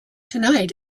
tonight